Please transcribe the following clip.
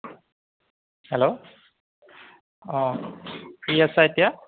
hello অঁ free আছা এতিয়া